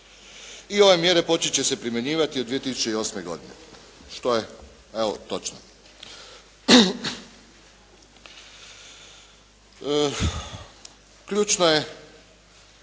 I ove mjere počet će se primjenjivati od 2008. što je evo točno. Ključno je,